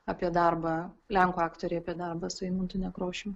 apie darbą lenkų aktoriai apie darbą su eimuntu nekrošiumi